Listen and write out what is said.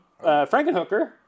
Frankenhooker